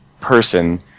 person